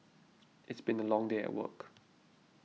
it's been a long day at work